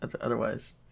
otherwise